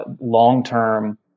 long-term